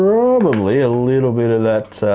probably a little bit of that,